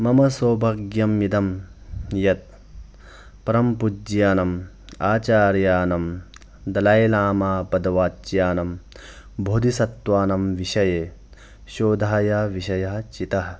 मम सौभाग्यम् इदं यत् परमपूज्यानाम् आचार्याणां दलैलामापदवाच्यानां बोधिसत्त्वानां विषये शोधाय विषयः चितः